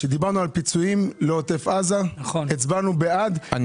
כשדיברנו על פיצויים לעוטף עזה הצבענו בעד כי חשבנו שלא משנה.